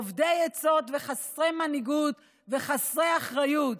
אובדי עצות וחסרי מנהיגות וחסרי אחריות,